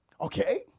Okay